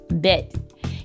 bit